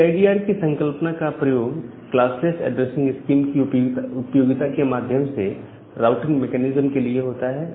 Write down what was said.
CIDR की संकल्पना का प्रयोग क्लास लेस ऐड्रेसिंग स्कीम की उपयोगिता के माध्यम से राउटिंग मेकैनिज्म के लिए होता है